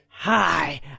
Hi